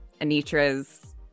anitra's